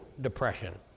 depression